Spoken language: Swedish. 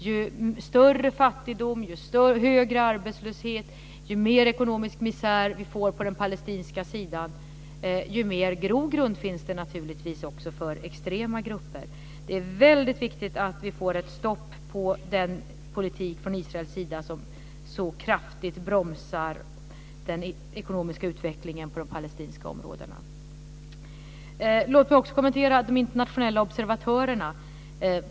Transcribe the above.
Ju större fattigdom, ju högre arbetslöshet och ju mer ekonomisk misär man får på den palestinska sidan, desto mer grogrund finns det naturligtvis också för extrema grupper. Det är väldigt viktigt att vi får ett stopp för den politik från Israels sida som så kraftigt bromsar den ekonomiska utvecklingen på de palestinska områdena. Låt mig också kommentera de internationella observatörerna.